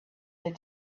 that